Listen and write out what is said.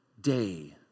day